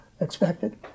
expected